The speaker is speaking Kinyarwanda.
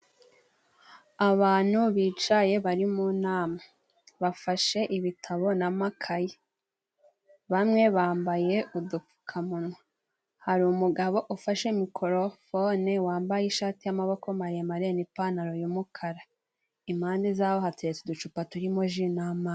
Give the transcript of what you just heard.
Abantu bicaye bari mu nama bafashe ibitabo n'amakaye .Bamwe bambaye udupfukamunwa .Hari umugabo ufashe mikorofone ,wambaye ishati y'amaboko maremare n'ipantaro y'umukara. Impande zaho hateretse uducupa turimo ji n'amazi.